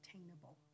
attainable